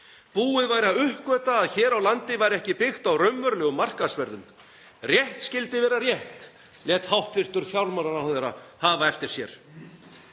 Búið væri að uppgötva að hér á landi væri ekki byggt á raunverulegu markaðsverði. Rétt skyldi vera rétt, lét hæstv. fjármálaráðherra hafa eftir sér.